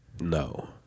no